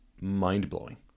mind-blowing